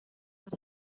what